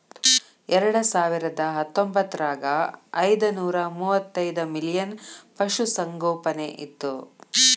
ಎರೆಡಸಾವಿರದಾ ಹತ್ತೊಂಬತ್ತರಾಗ ಐದನೂರಾ ಮೂವತ್ತೈದ ಮಿಲಿಯನ್ ಪಶುಸಂಗೋಪನೆ ಇತ್ತು